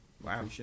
Wow